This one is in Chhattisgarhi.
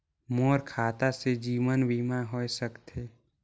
मोर खाता से जीवन बीमा होए सकथे?